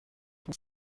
ton